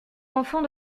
enfant